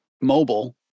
mobile